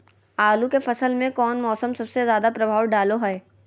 आलू के फसल में कौन मौसम सबसे ज्यादा प्रभाव डालो हय?